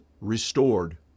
restored